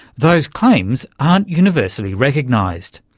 those claims aren't universally recognised.